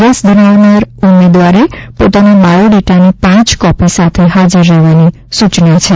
રસ ધરાવનાર ઉમેદવારે પોતાના બાયોડેટાની પાંચ કોપી સાથે હાજર રહેવાની સૂચના છે